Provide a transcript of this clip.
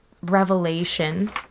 revelation